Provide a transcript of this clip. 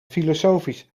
filosofisch